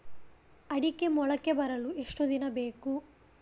ಅಡಿಕೆ ಮೊಳಕೆ ಬರಲು ಎಷ್ಟು ದಿನ ಬೇಕು?